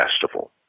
festival